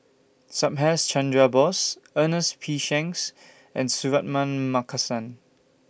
Subhas Chandra Bose Ernest P Shanks and Suratman Markasan